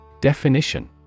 Definition